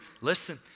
Listen